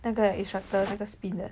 那个 instructor 那个 spin 的